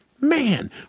Man